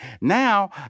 Now